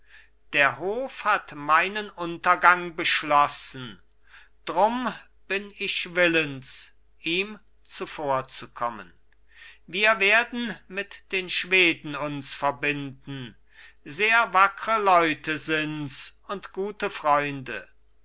der hof hat meinen untergang beschlossen drum bin ich willens ihm zuvorzukommen wir werden mit den schweden uns verbinden sehr wackre leute sinds und gute freunde